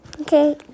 Okay